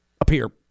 appear